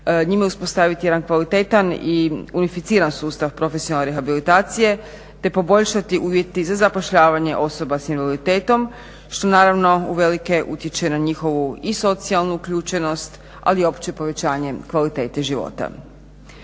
njima uspostaviti jedan kvalitetan u unificiran sustav profesionalnu rehabilitacije te poboljšati uvjete za zapošljavanje osoba s invaliditetom što naravno uvelike utječe na njihovu i socijalnu uključenost ali opće povećanje kvalitete života.